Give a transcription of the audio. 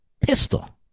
pistol